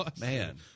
Man